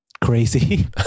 crazy